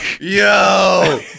Yo